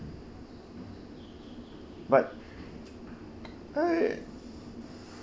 but I